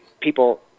people